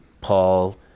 Paul